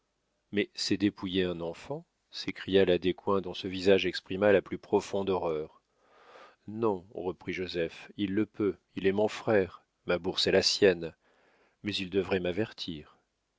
mais c'est dépouiller un enfant s'écria la descoings dont le visage exprima la plus profonde horreur non reprit joseph il le peut il est mon frère ma bourse est la sienne mais il devrait m'avertir